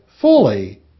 fully